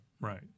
Right